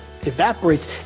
evaporates